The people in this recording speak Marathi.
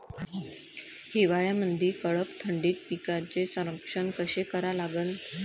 हिवाळ्यामंदी कडक थंडीत पिकाचे संरक्षण कसे करा लागन?